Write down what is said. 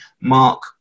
Mark